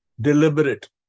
deliberate